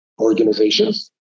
organizations